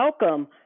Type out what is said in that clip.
welcome